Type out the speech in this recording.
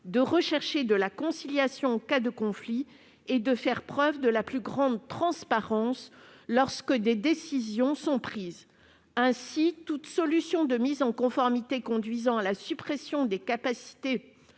de dialogue et de conciliation en cas de conflit, ainsi qu'à garantir la plus grande transparence lorsque des décisions sont prises. Ainsi toute solution de mise en conformité conduisant à la suppression des capacités